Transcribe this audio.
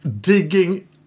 digging